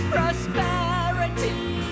Prosperity